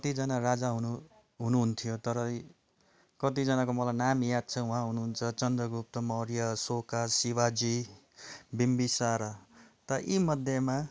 कतिजना राजा हुनु हुनुहुन्थ्यो तर कतिजनाको मलाई नाम याद छ उहाँ हुनुहुन्छ चन्द्रगुप्त मौर्य अशोका शिवाजी बिम्बिसारा त यीमध्येमा